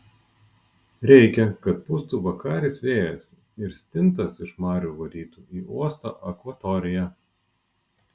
reikia kad pūstų vakaris vėjas ir stintas iš marių varytų į uosto akvatoriją